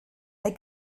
hay